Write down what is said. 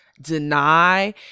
deny